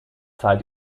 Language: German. zahlt